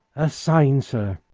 a sign, sir.